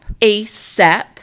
ASAP